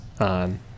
on